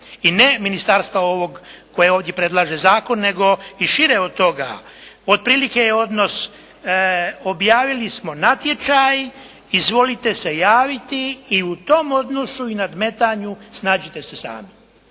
i ne ministarstva ovog koje ovdje predlaže zakon nego i šire od toga, otprilike odnos objavili smo natječaj, izvolite se javiti i u tom odnosu i nadmetanju snađite se sami.